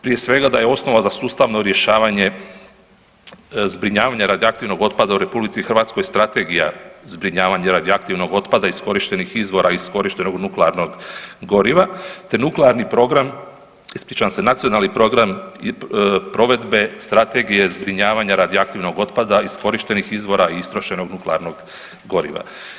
Prije svega, da je osnova za sustavno rješavanje zbrinjavanja radioaktivnog otpada u RH strategija zbrinjavanja radioaktivnog otpada iz korištenih izvora, iz korištenog nuklearnog goriva te nuklearni program, ispričavam se, Nacionalni program provedbe Strategije zbrinjavanja radioaktivnog otpada, iskorištenih izvora i istrošenog nuklearnog goriva.